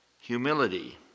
humility